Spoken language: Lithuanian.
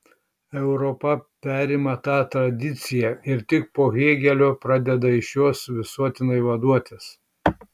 europa perima tą tradiciją ir tik po hėgelio pradeda iš jos visuotinai vaduotis